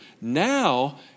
now